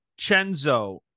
Chenzo